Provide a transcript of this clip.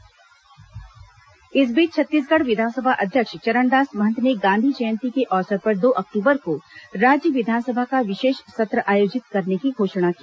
छत्तीसगढ़ विधानसभा इस बीच छत्तीसगढ़ विधानसभा अध्यक्ष चरणदास महंत ने गांधी जयंती के अवसर पर दो अक्टूबर को राज्य विधानसभा का विशेष सत्र आयोजित करने की घोषणा की